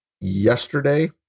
yesterday